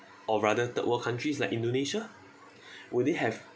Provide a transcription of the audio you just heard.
or rather third world countries like indonesia would they have